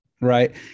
Right